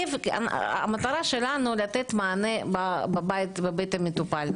המטרה שלנו היא לתת מענה בבית המטופל,